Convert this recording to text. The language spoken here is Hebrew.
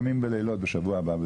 ימים ולילות בשבוע הבא,